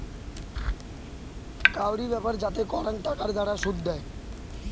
কাউরি ব্যাপার যাতে করাং টাকার দ্বারা শুধ দেয়